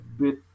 bit